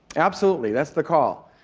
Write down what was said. absolutely. that's the call.